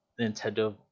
Nintendo